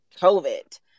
COVID